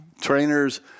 trainers